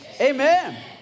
Amen